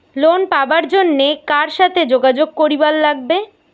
Loan পাবার জন্যে কার সাথে যোগাযোগ করিবার লাগবে?